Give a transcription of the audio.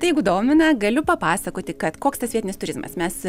tai jeigu domina galiu papasakoti kad koks tas vietinis turizmas mes